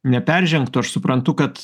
neperžengtų aš suprantu kad